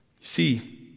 See